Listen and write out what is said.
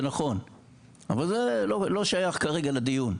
אבל זה לא שייך כרגע לדיון.